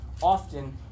often